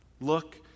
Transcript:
look